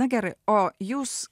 na gerai o jūs